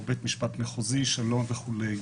בית משפט מחוזי, שלום וכו'.